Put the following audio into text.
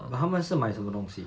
but 他们是买什么东西